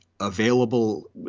available